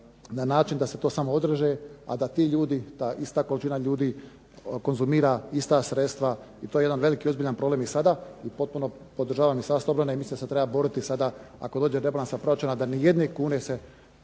na način da se to samo odreže, a da ti ljudi, ta ista količina ljudi konzumira ista sredstva i to je jedan velik i ozbiljan problem sada i potpuno podržavam Ministarstvo obrane. I mislim da se treba boriti sada ako dođe do rebalansa proračuna da nijedne kune se